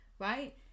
right